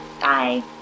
Bye